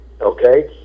okay